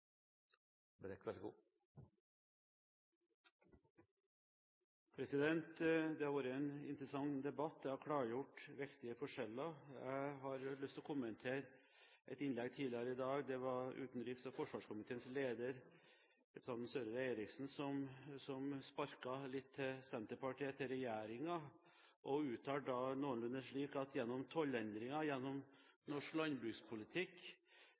i møte. Det har vært en interessant debatt, som har klargjort viktige forskjeller. Jeg har lyst til å kommentere et innlegg fra tidligere i dag. Det var utenriks- og forsvarskomiteens leder, Ine M. Eriksen Søreide, som sparket litt til Senterpartiet, til regjeringen. Hun uttalte noe slikt som at gjennom tollendringer, gjennom norsk landbrukspolitikk